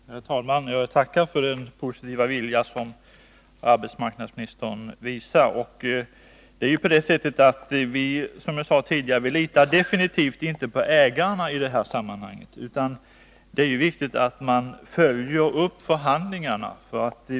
Herr talman! Jag tackar för den positiva vilja som arbetsmarknadsministern visar. Som jag sade tidigare litar vi definitivt inte på ägarna i detta sammanhang, utan vi anser att det är viktigt att man fullföljer förhandling arna.